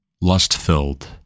lust-filled